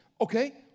okay